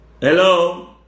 hello